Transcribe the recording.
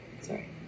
Sorry